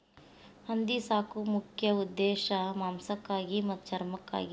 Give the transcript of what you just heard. ಹಂದಿ ಸಾಕು ಮುಖ್ಯ ಉದ್ದೇಶಾ ಮಾಂಸಕ್ಕಾಗಿ ಮತ್ತ ಚರ್ಮಕ್ಕಾಗಿ